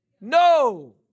no